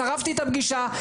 שרפתי את הפגישה.